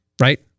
Right